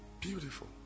Beautiful